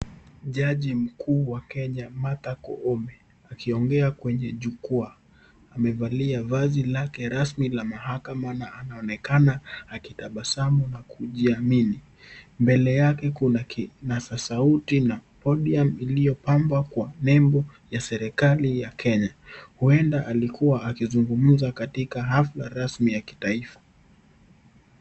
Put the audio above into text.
Jaji mkuu wa Kenya, Martha Koome, akiongea kwenye jukwaa. Amevalia vazi lake rasmi la mahakama na anaonekana akitabasamu na kujiamini. Mbele yake kuna kipaza sauti na podium iliyobambwa kwa nembo ya serikali ya Kenya. Huenda alikuwa akizungumza katika hafla rasmi ya kitaifa.